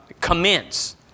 commence